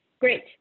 great